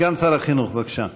סגן שר החינוך, בבקשה.